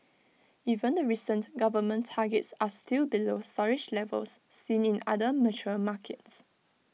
even the recent government targets are still below storage levels seen in other mature markets